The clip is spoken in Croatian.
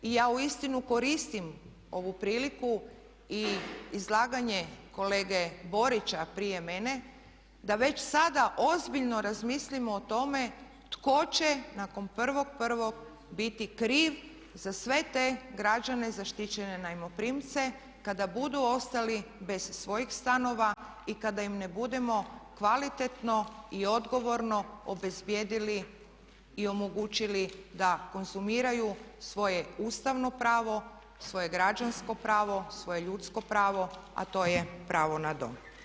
Ja uistinu koristim ovu priliku i izlaganje kolege Borića prije mene da već sada ozbiljno razmislimo o tome tko će nakon 1.01. biti kriv za sve te građane zaštićene najmoprimce kada budu ostali bez svojih stanova i kada im ne budemo kvalitetno i odgovorno obezbijedili i omogućili da konzumiraju svoje ustavno pravo, svoje građansko pravo, svoje ljudsko pravo a to je pravo na dom.